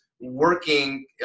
working